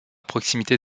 proximité